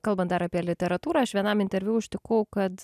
kalbant dar apie literatūrą aš vienam interviu užtikau kad